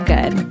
Good